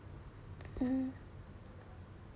mm